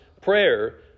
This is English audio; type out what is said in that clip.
prayer